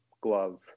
glove